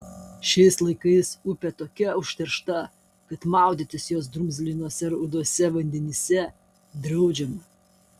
šiais laikais upė tokia užteršta kad maudytis jos drumzlinuose ruduose vandenyse draudžiama